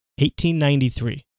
1893